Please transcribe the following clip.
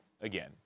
again